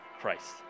Christ